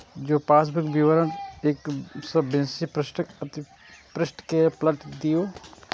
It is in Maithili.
जौं पासबुक विवरण एक सं बेसी पृष्ठक अछि, ते पृष्ठ कें पलटि दियौ